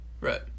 Right